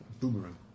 Boomerang